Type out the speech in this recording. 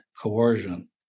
coercion